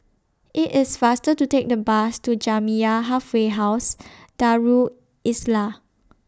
IT IS faster to Take The Bus to Jamiyah Halfway House Darul Islah